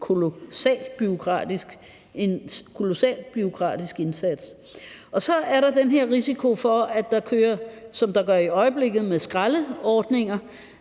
en kolossal bureaukratisk indsats. Så er der den her risiko for, at der kører, som der gør med skraldeordninger